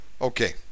okay